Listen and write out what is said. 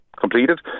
completed